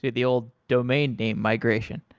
the the old domain name migration.